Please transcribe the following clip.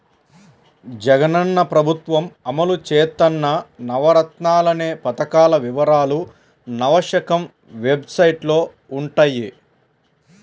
జగనన్న ప్రభుత్వం అమలు చేత్తన్న నవరత్నాలనే పథకాల వివరాలు నవశకం వెబ్సైట్లో వుంటయ్యి